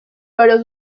pero